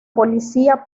policía